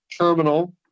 terminal